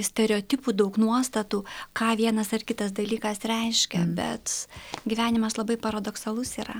stereotipų daug nuostatų ką vienas ar kitas dalykas reiškia bet gyvenimas labai paradoksalus yra